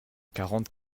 quarante